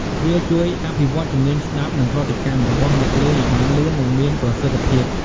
វាជួយអភិវឌ្ឍជំនាញ ស្តាប់ និងប្រតិកម្ម របស់អ្នកលេងឱ្យបានលឿន និងមានប្រសិទ្ធភាព។